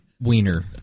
wiener